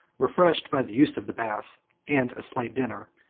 refreshed by the use of the bath and a slight dinner,